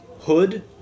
hood